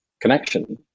connection